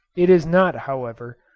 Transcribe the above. it is not, however,